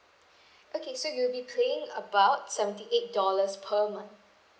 okay so you'll be paying about seventy eight dollars per month